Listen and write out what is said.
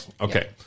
Okay